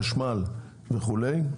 חשמל וכולי.